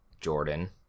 Jordan